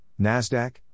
NASDAQ